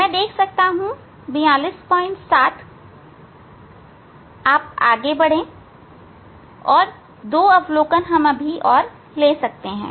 मैं देख सकता हूं 427 आप आगे बढ़ सकते हैं और दो और अवलोकन ले सकते हैं